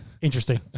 interesting